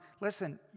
listen